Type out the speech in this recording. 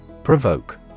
Provoke